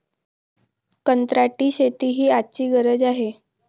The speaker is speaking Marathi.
कंत्राटी शेती ही आजची गरज आहे